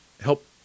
help